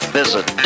visit